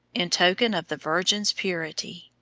in token of the virgin's purity.